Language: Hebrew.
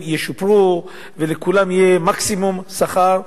ישופרו ושלכולם יהיה מקסימום שכר,